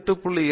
2 ஆகும்